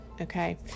okay